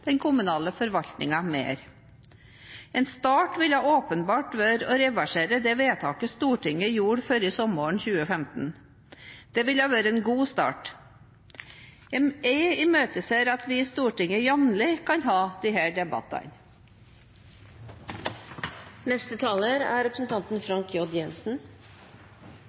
den kommunale forvaltningen mer. En start ville åpenbart vært å reversere det vedtaket Stortinget gjorde før sommeren 2015. Det ville vært en god start. Jeg imøteser at vi i Stortinget jevnlig kan ha disse debattene.